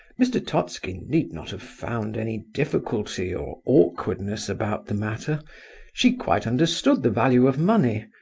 mr. totski need not have found any difficulty or awkwardness about the matter she quite understood the value of money,